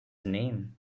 name